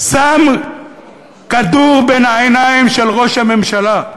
שם כדור בין העיניים של ראש הממשלה.